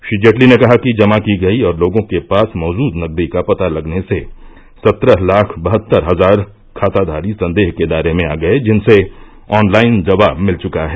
श्री जेटली ने कहा कि जमा की गयी और लोगों के पास मौजूद नगदी का पता लगने से सत्रह लाख बहत्तर हज़ार खाताघारी संदेह के दायरे में आ गये जिनसे ऑनलाइन जवाब मिल चुका है